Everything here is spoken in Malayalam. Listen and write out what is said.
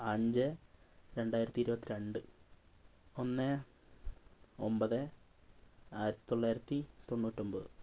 അഞ്ച് രണ്ടായിരത്തി ഇരുപത്തി രണ്ട് ഒന്ന് ഒൻപത് ആയിരത്തി തൊള്ളായിരത്തി തൊണ്ണൂറ്റൊൻപത്